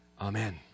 Amen